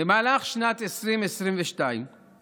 במהלך שנת 2022 הוכפל